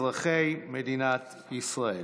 אזרחי מדינת ישראל,